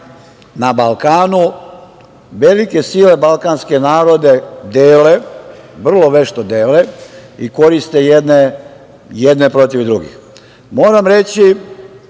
na Balkanu velike sile balkanske narode dele, vrlo vešto dele i koriste jedne protiv drugih. Moram reći